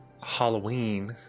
Halloween